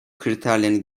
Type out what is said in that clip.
kriterlerini